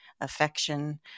affection